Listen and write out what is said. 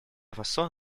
фасо